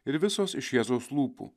ir visos iš jėzaus lūpų